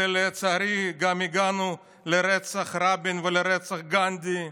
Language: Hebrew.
ולצערי גם הגענו לרצח רבין ולרצח גנדי,